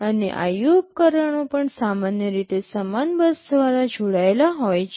અને IO ઉપકરણો પણ સામાન્ય રીતે સમાન બસ દ્વારા જોડાયેલા હોય છે